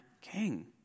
king